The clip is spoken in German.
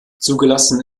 zugelassen